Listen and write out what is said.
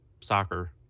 soccer